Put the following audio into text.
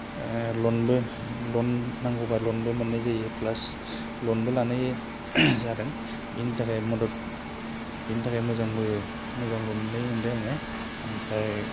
लनबो लन नांगौबा लनबो मोननाय जायो प्लास लनबो लानाय जादों बिनिथाखाय मदद बेनि थाखाय मोजांबो मोजांबो मोननाय मोनदो आङो ओमफ्राय